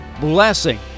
blessing